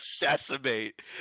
decimate